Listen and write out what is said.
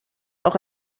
auch